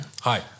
Hi